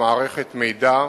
ומערכת מידע.